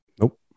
nope